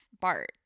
Bart